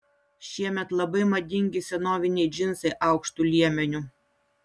šiemet labai madingi senoviniai džinsai aukštu liemeniu